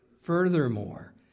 Furthermore